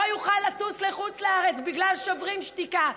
לא יוכל לטוס לחוץ לארץ בגלל שוברים שתיקה.